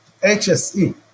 hse